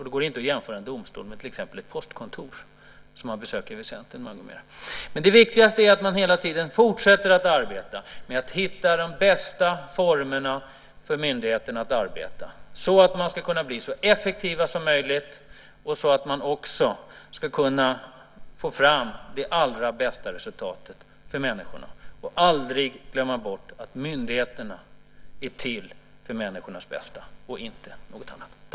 Det går inte att jämföra en domstol med till exempel ett postkontor, som man besöker väsentligt många fler gånger. Men det viktigaste är att man hela tiden fortsätter att försöka hitta de bästa formerna för myndigheten att arbeta. Den ska kunna bli så effektiv som möjligt, och den ska också kunna få fram det allra bästa resultatet för människorna. Man ska aldrig glömma bort att myndigheterna är till för människornas bästa och inte något annat.